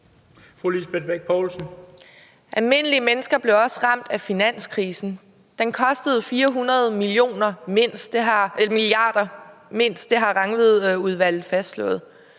Almindelige mennesker blev også ramt af finanskrisen. Den kostede mindst 400 mia. kr., det har Rangvidudvalget fastslået.